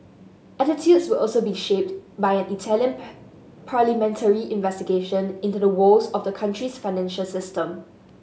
attitudes will also be shaped by an Italian parliamentary investigation into the woes of the country's financial system